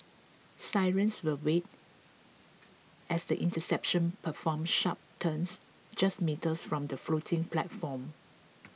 Sirens will wail as the interceptors perform sharp turns just metres from the floating platform